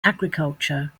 agriculture